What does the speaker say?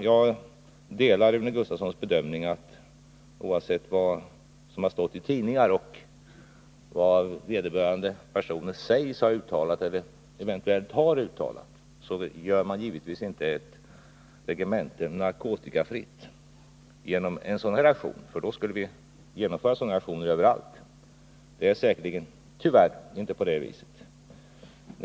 Jag delar Rune Gustavssons bedömning, att oavsett vad som har stått i tidningarna, vad vederbörande personer sägs ha uttalat, eller eventuellt har uttalat gör man givetvis inte ett regemente narkotikafritt genom en sådan aktion, för då skulle vi genomföra liknande aktioner överallt. Det är säkerligen tyvärr inte på det viset.